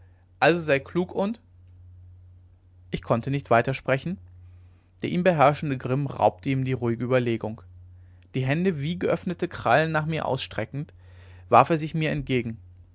also sei klug und ich konnte nicht weiter sprechen der ihn beherrschende grimm raubte ihm die ruhige ueberlegung die hände wie geöffnete krallen nach mir ausstreckend warf er sich mir entgegen